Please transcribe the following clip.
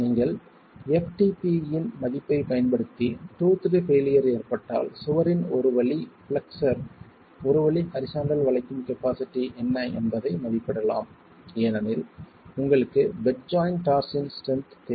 நீங்கள் ftp இன் மதிப்பைப் பயன்படுத்தி டூத்ட் பெயிலியர் ஏற்பட்டால் சுவரின் ஒரு வழி பிளெக்ஸ்ஸர் ஒரு வழி ஹரிசாண்டல் வளைக்கும் கபாஸிட்டி என்ன என்பதை மதிப்பிடலாம் ஏனெனில் உங்களுக்கு பெட் ஜாய்ண்ட் டார்ஸின் ஸ்ட்ரென்த் தேவை